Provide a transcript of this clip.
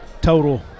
total